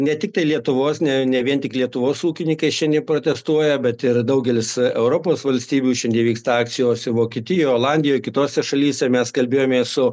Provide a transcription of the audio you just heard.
ne tiktai lietuvos ne ne vien tik lietuvos ūkininkai šiandien protestuoja bet ir daugelis europos valstybių šiandien vyksta akcijos vokietijoj olandijoj kitose šalyse mes kalbėjomės su